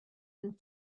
and